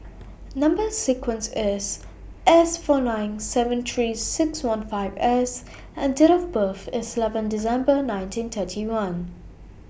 Number sequence IS S four nine seven three six one five S and Date of birth IS eleven December nineteen thirty one